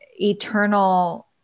eternal